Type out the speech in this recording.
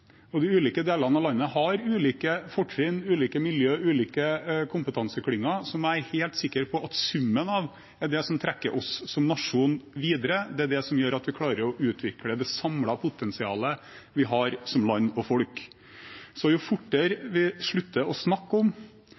og bruke hele landet, og de ulike delene av landet har ulike fortrinn, ulike miljøer, ulike kompetanseklynger, som jeg er helt sikker på at summen av er det som trekker oss som nasjon videre. Det er det som gjør at vi klarer å utvikle det samlede potensialet vi har som land og folk. Så jo fortere vi slutter å snakke om